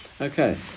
okay